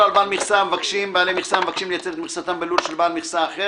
על בעלי מכסה המבקשים לייצר את מכסתם בלול של בעל מכסה אחר